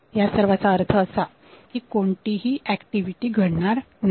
या सर्वांचा अर्थ असा की कोणतीही ऍक्टिव्हिटी घडणार नाही